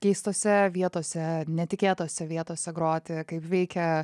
keistose vietose netikėtose vietose groti kaip veikia